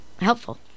helpful